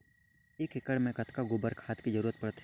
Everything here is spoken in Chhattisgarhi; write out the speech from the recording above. एक एकड़ मे कतका गोबर खाद के जरूरत पड़थे?